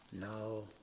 No